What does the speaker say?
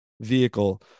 vehicle